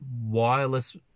wireless